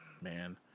man